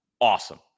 Awesome